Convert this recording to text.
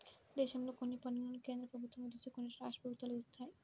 దేశంలో కొన్ని పన్నులను కేంద్ర ప్రభుత్వం విధిస్తే కొన్నిటిని రాష్ట్ర ప్రభుత్వాలు విధిస్తాయి